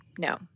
no